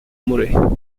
murray